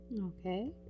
Okay